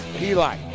Eli